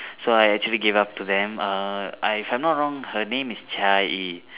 so I actually gave up to them uh I if I'm not wrong her name is Jia-Yi